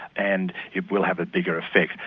and it will have a bigger effect.